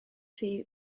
rhy